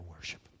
worship